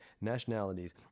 nationalities